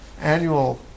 annual